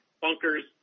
bunkers